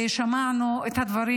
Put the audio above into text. ושמענו את הדברים,